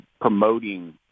promoting